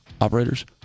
operators